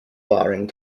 barring